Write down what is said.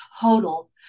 total